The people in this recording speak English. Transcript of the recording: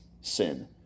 sin